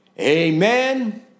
Amen